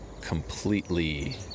completely